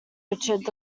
richard